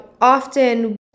often